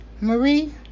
Marie